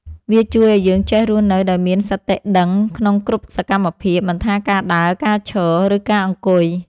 វាជួយឱ្យយើងចេះរស់នៅដោយមានសតិដឹងក្នុងគ្រប់សកម្មភាព មិនថាការដើរ ការឈរ ឬការអង្គុយ។